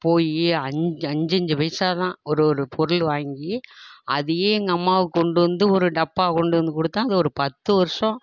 போய் அஞ்சு அஞ்சஞ்சு பைசாதான் ஒரு ஒரு பொருள் வாங்கி அதையே எங்கள் அம்மாவுக்கு கொண்டு வந்து ஒரு டப்பா கொண்டு வந்து கொடுத்தேன் அதை ஒரு பத்து வருஷம்